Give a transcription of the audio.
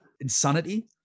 Insanity